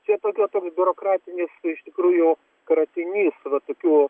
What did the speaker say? čia tokia toks biurokratinis iš tikrųjų kratinys tokių